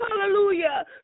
Hallelujah